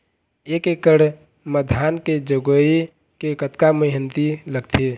एक एकड़ म धान के जगोए के कतका मेहनती लगथे?